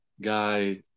Guy